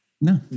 No